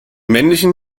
männlichen